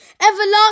everlasting